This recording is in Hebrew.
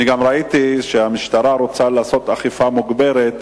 גם ראיתי שהמשטרה רוצה לעשות אכיפה מוגברת.